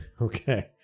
Okay